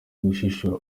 gushishura